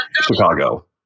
Chicago